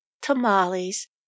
tamales